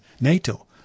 NATO